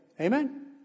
Amen